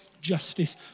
justice